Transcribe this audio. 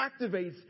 activates